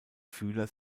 fühler